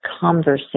conversation